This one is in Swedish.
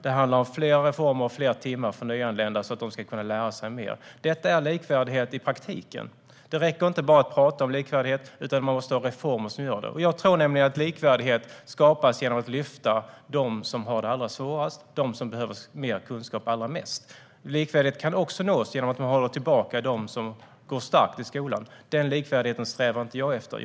Det handlar om fler reformer och fler timmar för nyanlända så att de ska kunna lära sig mer. Allt detta är likvärdighet i praktiken. Det räcker inte att bara tala om likvärdighet, utan man måste ha reformer som åstadkommer det. Jag tror nämligen att likvärdighet skapas genom att lyfta dem som har det allra svårast och dem som allra mest behöver mer kunskap. Likvärdighet kan också nås genom att man håller tillbaka dem som går starkt i skolan. Denna likvärdighet strävar jag inte efter.